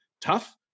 tough